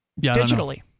digitally